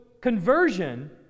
conversion